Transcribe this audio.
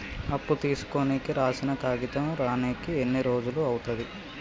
అప్పు తీసుకోనికి రాసిన కాగితం రానీకి ఎన్ని రోజులు అవుతది?